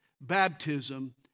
baptism